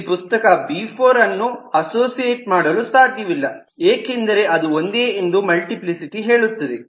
ಇಲ್ಲಿ ಪುಸ್ತಕ ಬಿ4 ಅನ್ನು ಅಸೋಸಿಯೇಟ್ ಮಾಡಲು ಸಾಧ್ಯವಿಲ್ಲ ಏಕೆಂದರೆ ಅದು ಒಂದೇ ಎಂದು ಮಲ್ಟಿಪ್ಲಿಸಿಟಿ ಹೇಳುತ್ತದೆ